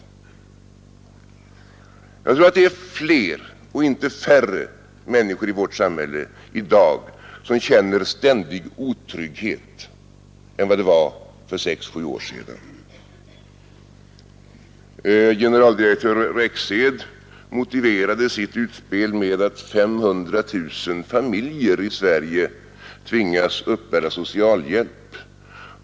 Jag tror att det är fler och inte färre människor i vårt samhälle i dag som känner ständig otrygghet än vad det var för sex sju år sedan. Generaldirektör Rexed motiverade sitt utspel med att 500 000 familjer i Sverige tvingas uppbära socialhjälp.